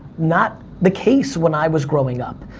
not the case when i was growing up,